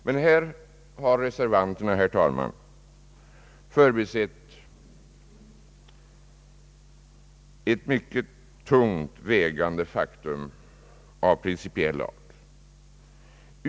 Men här har reservanterna, herr talman, förbisett ett mycket tungt vägande faktum av principiell art.